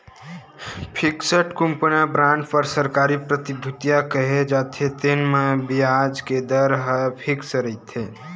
fixed coupon bond बर सरकारी प्रतिभूतिया केहे जाथे, तेन म बियाज के दर ह फिक्स रहिथे